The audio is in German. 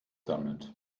damit